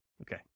Okay